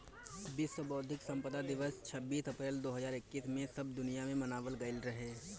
विश्व बौद्धिक संपदा दिवस छब्बीस अप्रैल दो हज़ार इक्कीस में सब दुनिया में मनावल गईल रहे